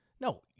No